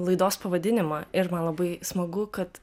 laidos pavadinimą ir man labai smagu kad